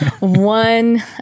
one